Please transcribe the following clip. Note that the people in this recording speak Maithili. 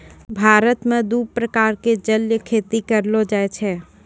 भारत मॅ दू प्रकार के जलीय खेती करलो जाय छै